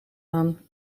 aan